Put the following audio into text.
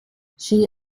she